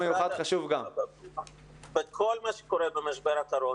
ומשאבי מים זאב אלקין: בכל מה שקורה במשבר הקורונה,